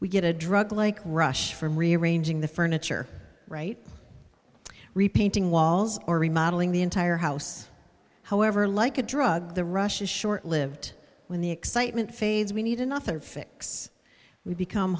we get a drug like rush from rearranging the furniture right repainting walls or remodeling the entire house however like a drug the rush is short lived when the excitement fades we need another fix we become